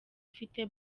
ufite